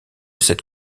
cette